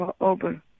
over